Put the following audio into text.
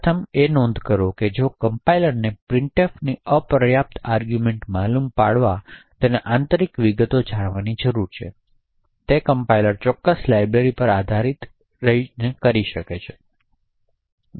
પ્રથમ નોંધ કરો કે જો કમ્પાઇલરને printfની અપર્યાપ્ત આર્ગૂમેંટમાલુમ પાડવા તેની આંતરિક વિગતો જાણવાની જરૂર છે તે કમ્પાઇલર ચોક્કસ લાઇબ્રેરિ પર આધારિત કરી શકે છે